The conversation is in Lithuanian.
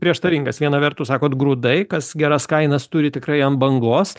prieštaringas viena vertus sakot grūdai kas geras kainas turi tikrai ant bangos